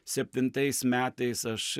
septintais metais aš